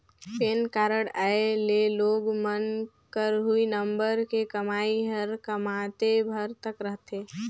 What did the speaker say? PAN card आए ले लोग मन क हुई नंबर के कमाई हर कमातेय भर तक रथे